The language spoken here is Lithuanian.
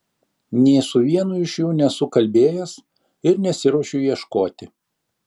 nė su vienu iš jų nesu kalbėjęs ir nesiruošiu ieškoti